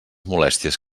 molèsties